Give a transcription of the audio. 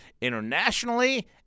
internationally